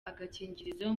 agakingirizo